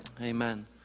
Amen